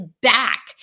back